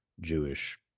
jewish